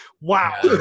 wow